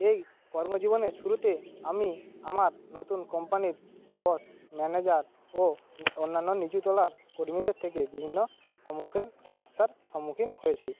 এই কর্মজীবনের শুরুতে আমি আমার নতুন কোম্পানীর বস ম্যানেজার ও অন্যান্য নিচুতলার কর্মীদের থেকে বিভিন্ন সম্মুখীন সমস্যার সম্মুখীন হয়েছি